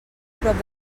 prop